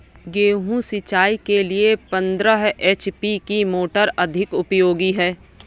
गेहूँ सिंचाई के लिए पंद्रह एच.पी की मोटर अधिक उपयोगी है?